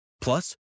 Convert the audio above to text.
Plus